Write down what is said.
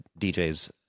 djs